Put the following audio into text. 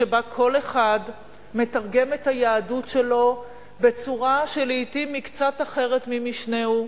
שבה כל אחד מתרגם את היהדות שלו בצורה שלעתים היא קצת אחרת ממשנהו,